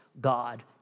God